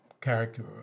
character